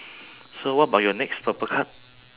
so what about your next purple card